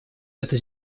это